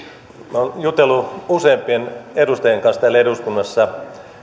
minä olen jutellut useampien edustajien kanssa täällä eduskunnassa